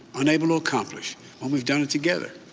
unable to accomplish when we've done it together.